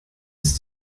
ist